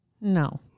No